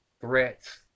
threats